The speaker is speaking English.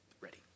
ready